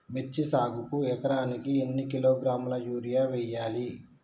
మిర్చి సాగుకు ఎకరానికి ఎన్ని కిలోగ్రాముల యూరియా వేయాలి?